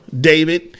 David